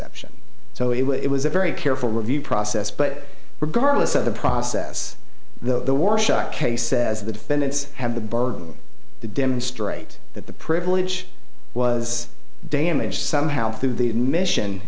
exception so it was a very careful review process but regardless of the process the war shut case says the defendants have the burden to demonstrate that the privilege was damaged somehow through the admission